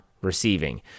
receiving